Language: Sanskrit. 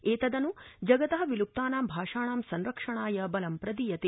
एतदनु जगत विलुप्तानां भाषाणां संरक्षणाय बलं प्रदीयते